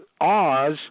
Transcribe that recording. Oz